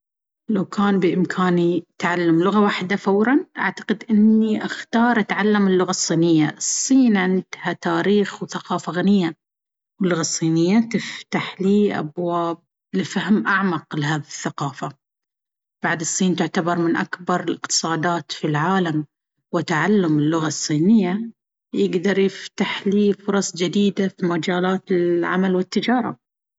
لو كان بإمكاني تعلم لغة واحدة فورًا، أعتقد أني أختار أتعلم اللغة الصينية. الصين عندها تاريخ وثقافة غنية، واللغة الصينية تفتح لي أبواب لفهم أعمق لهذه الثقافة. بعد، الصين تعتبر من أكبر الاقتصادات في العالم، وتعلم اللغة الصينية يقدر يفتح لي فرص جديدة في مجالات العمل والتجارة.